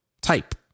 Type